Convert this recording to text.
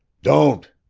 don't!